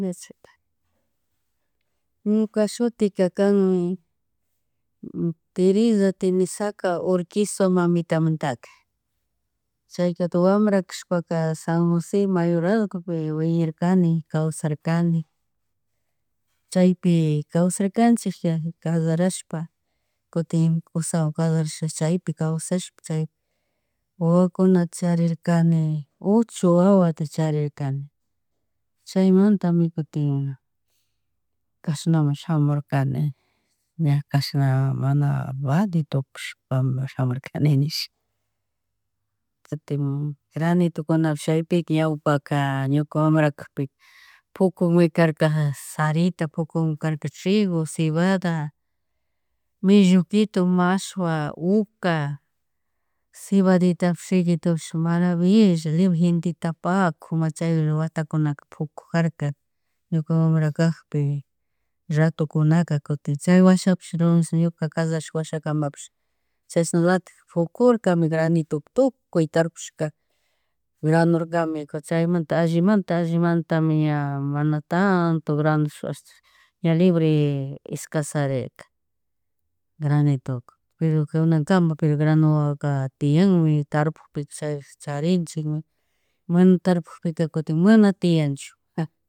(-) Ñuka shutika kanmi Teresa Tenesaca Urquizo mamitamantaka, chaykati wambra kashpaka San Josè Mayorazgopi wiñaykani kawsarkani, chaypi kawsarkanchik, kallarashpa kutin kushawan kasharashaka chaypi kawshash chay wawakuna charirkani ocho wawata charirkani, chayamantami kutin kashnaman shamurkani, ña kashna mana valí tukushpami shamurkani ni nish. Kutin granitokunapish chayika ñawpaka ñuka wambra kapi, pukunmikarka, sarita, pukunmikarka, trigo, cebada, melloquito, mashua, uca, cebaditapish, triguitopish maravilla libre genteta tapakuma chay watakuna, pukujarka. Ñuka wambrambra kackpi rato kunana. Kuti chay wasahapish lomismo ñuka casara washamkamapish chashnalatik pukurkami granito. Tukuy tarpushka granorkami, kutin chaymanta allimanta, allimanta mi ña mana tanto granush ashtash ña libre escasarerca. Granituka pero kunankama pero granuwawaka tiyanmi, tarpukpi chay, charichikmi, mana tarpuckpika kutin mana tianchu